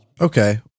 okay